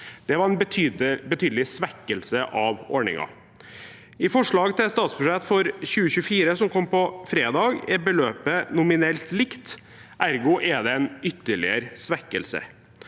Det var en betydelig svekkelse av ordningen. I forslag til statsbudsjett for 2024, som kom på fredag, er beløpet nominelt likt. Ergo er det en ytterligere svekkelse.